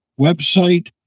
website